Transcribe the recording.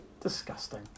Disgusting